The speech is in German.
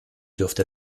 dürfte